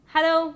Hello